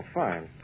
fine